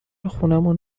خونمون